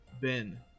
Ben